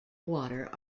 water